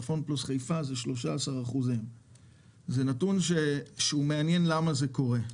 ובצפון פלוס חיפה זה 13%. מעניין למה זה קורה.